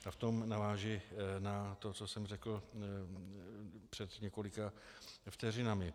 A v tom navážu na to, co jsem řekl před několika vteřinami.